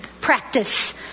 Practice